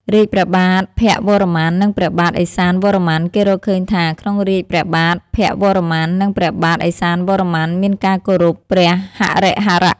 រាជ្យព្រះបាទភវរ្ម័ន និងព្រះបាទឥសានវរ្ម័ន គេរកឃើញថា ក្នុងរាជ្យព្រះបាទភវរ្ម័ន និងព្រះបាទឥសានវរ្ម័ន មានការគោរព ព្រះហរិហរៈ។